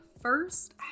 first